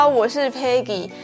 我是Peggy